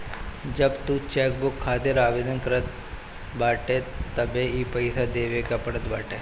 जब तू चेकबुक खातिर आवेदन करत बाटअ तबे इ पईसा देवे के पड़त बाटे